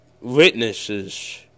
witnesses